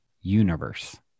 universe